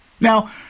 Now